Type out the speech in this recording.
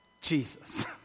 Jesus